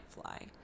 fly